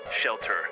shelter